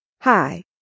Hi